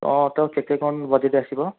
ତ ତ କେତେ କ'ଣ ବଜେଟ୍ ଆସିବ